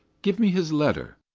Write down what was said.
give me his letter.